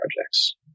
projects